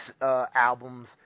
albums